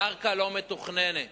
קרקע לא מתוכננת.